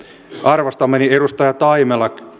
arvostamani edustaja taimela